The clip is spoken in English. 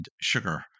sugar